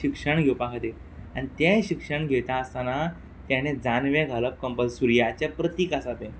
शिक्षण घेवपा खातीर आन तें शिक्षण घेता आसताना तेणें जानवें घालप कम्पल सुर्याचें प्रतीक आसा तें